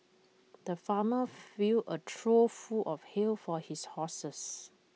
the farmer filled A trough full of hay for his horses